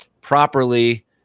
properly